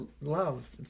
love